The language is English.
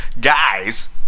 guys